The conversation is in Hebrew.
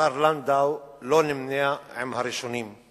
השר לנדאו לא נמנה עם הראשונים.